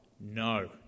No